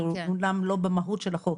זה אמנם לא במהות של החוק,